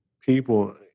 people